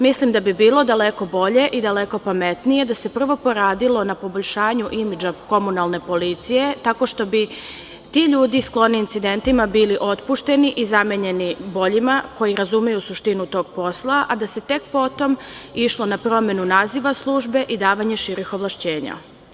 Mislim da bi bilo daleko bolje i daleko pametnije da se prvo poradilo na poboljšanju imidža komunalne policije, tako što bi ti ljudi skloni incidentima bili otpušeni i zamenjeni boljima, koji razumeju suštinu tog posla, a da se tek potom išlo na promenu naziva službe i davanja širih ovlašćenja.